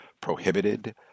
prohibited